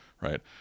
right